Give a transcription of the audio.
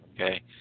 okay